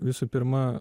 visų pirma